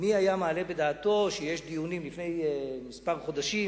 מי היה מעלה בדעתו לפני כמה חודשים